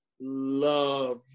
love